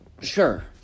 Sure